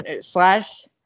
Slash